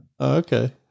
Okay